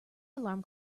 alarm